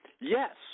Yes